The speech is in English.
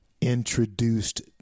introduced